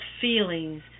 feelings